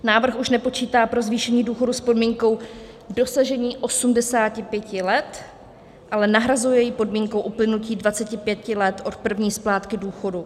Návrh už nepočítá pro zvýšení důchodu s podmínkou dosažení 85 let, ale nahrazuje ji podmínkou uplynutí 25 let od první splátky důchodu.